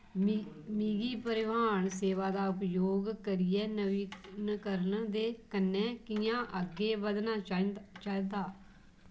मिगी परिवहन सेवा दा उपयोग करियै नवीनीकरण दे कन्नै कि'यां अग्गें बधना चाहिदा